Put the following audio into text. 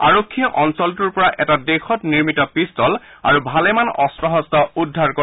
আৰক্ষীয়ে অঞ্চলটোৰ পৰা এটা দেশত নিৰ্মিত পিষ্টল আৰু ভালেমান অস্ত্ৰ শস্ত্ৰ উদ্ধাৰ কৰে